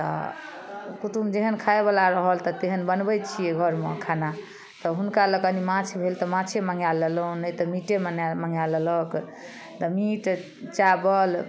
तऽ कुटुम्ब जेहन खाइवला रहल तेहन बनबै छियै घरमे खाना तऽ हुनका लए कनी माछ भेल तऽ माछे मङ्गबा लेलहुँ नहि तऽ मीटे बना मङ्गा लेलक तऽ मीट चावल